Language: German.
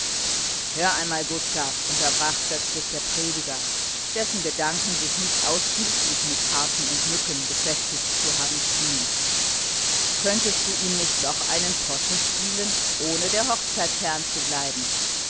hör einmal gustav unterbrach plötzlich der prediger dessen gedanken sich nicht ausschließlich mit karten und mücken beschäftigt zu haben schienen das spiel könntest du ihm nicht doch einen possen spielen ohne von der hochzeit